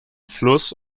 fluss